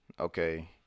Okay